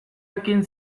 ekin